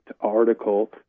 article